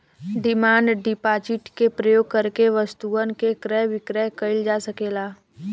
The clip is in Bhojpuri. डिमांड डिपॉजिट के प्रयोग करके वस्तुअन के क्रय विक्रय कईल जा सकेला